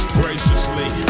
graciously